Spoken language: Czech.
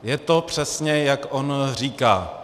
Je to přesně, jak on říká.